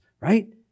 Right